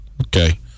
Okay